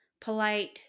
polite